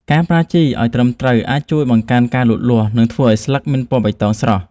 ការប្រើជីឲ្យត្រឹមត្រូវអាចជួយបង្កើនការលូតលាស់ និងធ្វើឲ្យស្លឹកមានពណ៌បៃតងស្រស់។